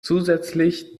zusätzlich